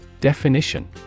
Definition